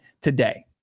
today